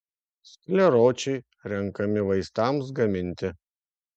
skleročiai renkami vaistams gaminti